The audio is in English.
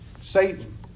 Satan